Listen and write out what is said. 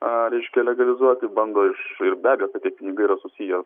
a reiškia legalizuoti bando iš ir be abejo kad tie pinigai yra susiję